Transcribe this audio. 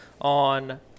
on